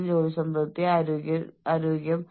അതിനാൽ അത് ഒരു വലിയ സമ്മർദ്ദം ആകാം